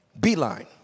Beeline